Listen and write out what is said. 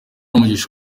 umugisha